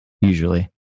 usually